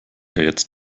jetzt